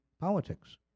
politics